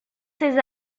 ses